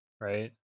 Right